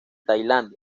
tailandia